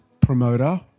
promoter